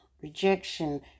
rejection